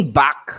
back